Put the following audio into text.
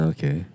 Okay